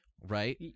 right